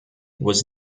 was